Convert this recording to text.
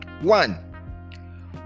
One